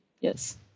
yes